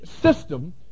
system